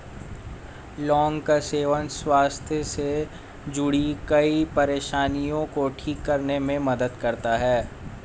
लौंग का सेवन स्वास्थ्य से जुड़ीं कई परेशानियों को ठीक करने में मदद करता है